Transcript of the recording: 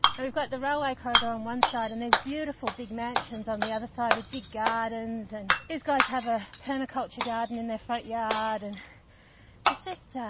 and we've got the railway corridor on one side and there's beautiful big mansions on the other side with big gardens and these guys have a permaculture garden in their front yard and it's just so